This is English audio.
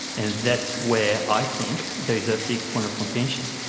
and that's where i think there's a big point of contention.